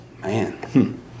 man